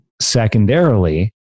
Secondarily